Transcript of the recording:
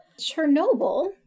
Chernobyl